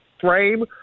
frame